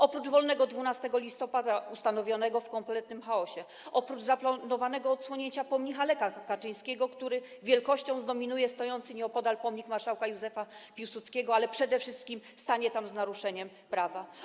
Oprócz wolnego 12 listopada, ustanowionego w kompletnym chaosie, oprócz zaplanowanego odsłonięcia pomnika Lecha Kaczyńskiego, który wielkością zdominuje stojący nieopodal pomnik marszałka Józefa Piłsudskiego, ale przed wszystkim który stanął tam z naruszeniem prawa.